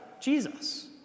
Jesus